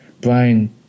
Brian